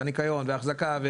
והאחזקה,